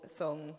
song